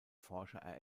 forscher